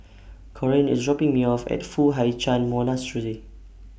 Corine IS dropping Me off At Foo Hai Ch'An Monastery